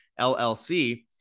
LLC